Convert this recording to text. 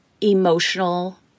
emotional